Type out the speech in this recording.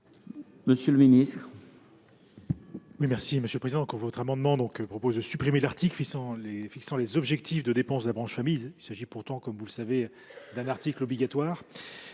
monsieur le ministre,